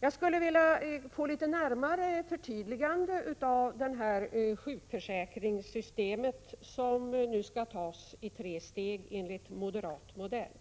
Jag skulle vilja få ett förtydligande när det gäller det sjukförsäkringssystem som, enligt moderaterna, skulle införas i tre steg.